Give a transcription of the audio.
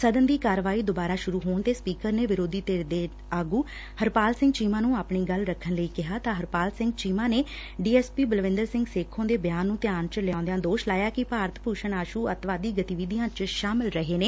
ਸਦਨ ਦੀ ਕਾਰਵਾਈ ਦੁਬਾਰਾ ਸੁਰੂ ਹੋਣ ਤੇ ਸਪੀਕਰ ਨੇ ਵਿਰੋਧੀ ਧਿਰ ਦੇ ਆਗੂ ਹਰਪਾਲ ਸਿੰਘ ਚੀਮਾ ਨੂੰ ਆਪਣੀ ਗੱਲ ਰੱਖਣ ਲਈ ਕਿਹਾ ਤਾਂ ਹਰਪਾਲ ਸਿੰਘ ਚੀਮਾ ਨੇ D S P Balwinder Singh Sekhon ਦੇ ਬਿਆਨ ਨੂੰ ਧਿਆਨ ਚ ਲਿਆਉਦਿਆਂ ਦੋਸ਼ ਲਾਇਆ ਕਿ ਭਾਰਤ ਭੂਸ਼ਣ ਆਸੂ ਅੱਤਵਾਦੀ ਗਤੀਵਿਧੀਆਂ ਚ ਸ਼ਾਮਲ ਰਹੇ ਨੇ